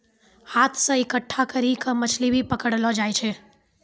हाथ से इकट्ठा करी के मछली भी पकड़लो जाय छै